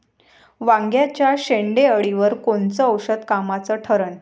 वांग्याच्या शेंडेअळीवर कोनचं औषध कामाचं ठरन?